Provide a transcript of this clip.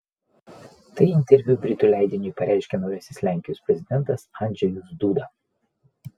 tai interviu britų leidiniui pareiškė naujasis lenkijos prezidentas andžejus duda